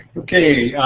okay,